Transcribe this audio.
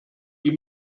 die